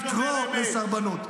לקרוא לסרבנות.